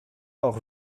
auch